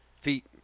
Feet